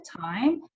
time